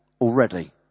already